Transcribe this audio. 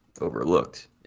overlooked